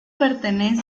pertenecen